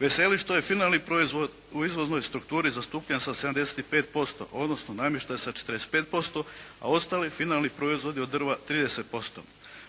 Veseli što je finalni proizvod u izvoznoj strukturi zastupljen sa 75%, odnosno namještaj sa 45%, a ostali finalni proizvodi od drva 30%.